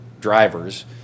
drivers